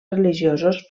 religiosos